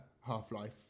Half-Life